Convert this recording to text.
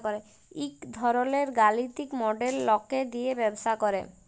ইক ধরলের গালিতিক মডেল লকে দিয়ে ব্যবসা করে